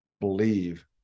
believe